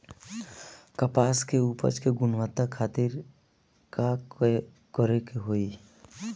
कपास के उपज की गुणवत्ता खातिर का करेके होई?